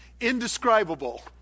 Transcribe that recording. indescribable